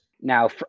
now